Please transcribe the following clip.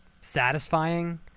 satisfying